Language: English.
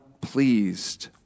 pleased